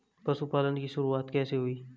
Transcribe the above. पशुपालन की शुरुआत कैसे हुई?